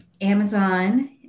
Amazon